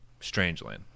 Strangeland